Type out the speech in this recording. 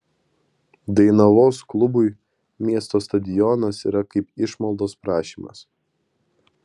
dainavos klubui miesto stadionas yra kaip išmaldos prašymas